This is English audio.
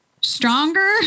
stronger